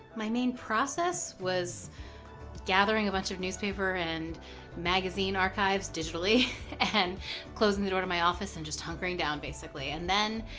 my main process was gathering a bunch of newspaper and magazine archives digitally and closing the door to my office and just hunkering down, basically, and then